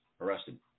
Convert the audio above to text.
arrested